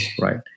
right